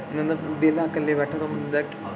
बंदा बेह्ले कल्ला बैठे दा होंदा ऐ